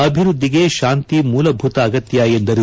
ಅಭಿವೃದ್ದಿಗೆ ಶಾಂತಿ ಮೂಲಭೂತ ಅಗತ್ತ ಎಂದರು